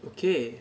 okay